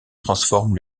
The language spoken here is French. transforme